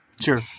sure